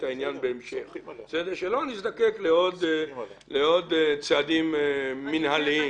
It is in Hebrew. העניין בהמשך ושלא נזדקק לעוד צעדים מינהליים.